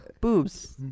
boobs